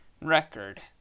record